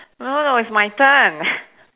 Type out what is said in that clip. no no no it's my turn